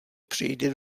přijde